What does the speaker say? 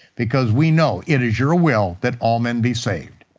because we know it is your ah will that all men be saved.